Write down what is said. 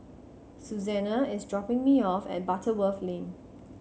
Suzanna is dropping me off at Butterworth Lane